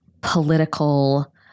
political